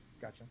Gotcha